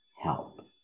help